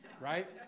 right